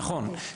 נכון.